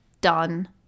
done